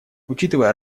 учитывая